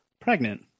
pregnant